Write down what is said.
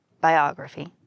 biography